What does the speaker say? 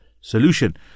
solution